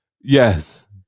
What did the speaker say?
Yes